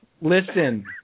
Listen